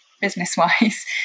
business-wise